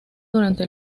durante